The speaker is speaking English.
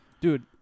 Dude